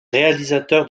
réalisateur